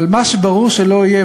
אבל מה שברור שלא יהיה,